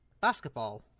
basketball